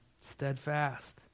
Steadfast